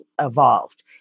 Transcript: evolved